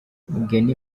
mugheni